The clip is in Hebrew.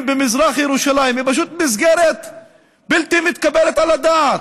במזרח ירושלים היא פשוט מסגרת בלתי מתקבלת על הדעת.